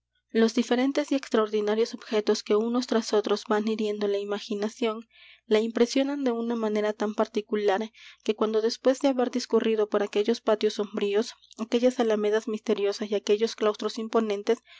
los diferentes y extraordinarios objetos que unos tras otros van hiriendo la imaginación la impresionan de una manera tan particular que cuando después de haber discurrido por aquellos patios sombríos aquellas alamedas misteriosas y aquellos claustros imponentes